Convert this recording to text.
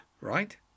right